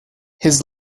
his